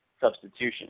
substitution